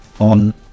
On